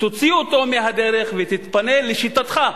תוציא אותו מהדרך ותתפנה, לשיטתך,